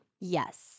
Yes